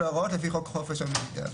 בכפוף להוראות לפי חוק חופש המידע.